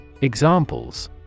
Examples